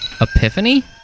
epiphany